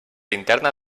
interna